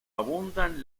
abundan